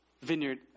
Vineyard